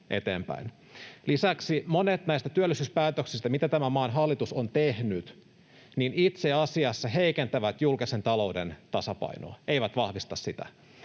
Lisäksi monet näistä työllisyyspäätöksistä, mitä tämän maan hallitus on tehnyt, itse asiassa heikentävät julkisen talouden tasapainoa, eivät vahvista sitä.